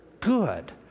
good